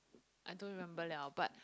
I don't remember [liao] but